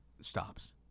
stops